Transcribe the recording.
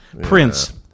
Prince